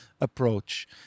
approach